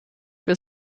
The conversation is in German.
für